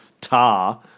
tar